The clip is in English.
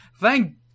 thank